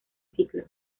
ciclo